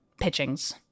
pitchings